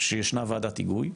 שישנה וועדת היגוי,